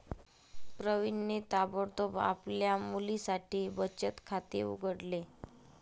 प्रवीणने ताबडतोब आपल्या मुलीसाठी बचत खाते उघडले